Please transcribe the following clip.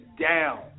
down